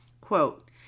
Quote